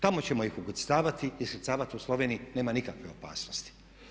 Tamo ćemo ih ukrcavati i iskrcavati u Sloveniji nema nikakve opasnosti.